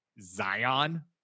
zion